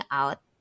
out